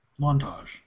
Montage